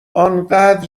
انقد